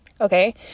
Okay